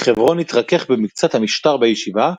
בחברון התרכך במקצת המשטר בישיבה,